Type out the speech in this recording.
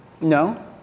No